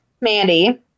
Mandy